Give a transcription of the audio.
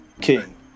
King